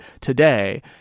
today